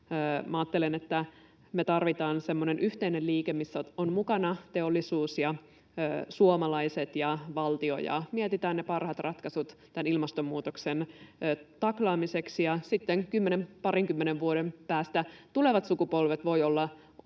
Ajattelen, että me tarvitaan semmoinen yhteinen liike, missä ovat mukana teollisuus ja suomalaiset ja valtio, ja mietitään ne parhaat ratkaisut ilmastonmuutoksen taklaamiseksi. Sitten kymmenen, parinkymmenen vuoden päästä tulevat sukupolvet voivat olla